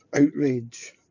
outrage